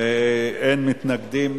אין מתנגדים,